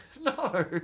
no